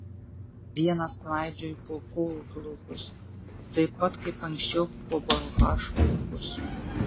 vienas klaidžioju po kolūkio laukus taip pat kaip anksčiau po balchašo laukus